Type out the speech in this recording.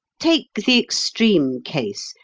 take the extreme case,